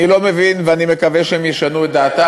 אני לא מבין, ואני מקווה שהם ישנו את דעתם.